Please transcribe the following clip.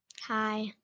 Hi